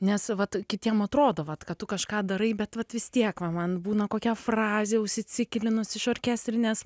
nes vat kitiem atrodo vat kad tu kažką darai bet vat vis tiek va man būna kokia frazė užsiciklinus iš orkestrinės